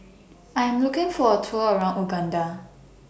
I Am looking For A Tour around Uganda